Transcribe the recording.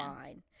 fine